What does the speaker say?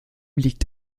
liegt